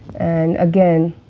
and again,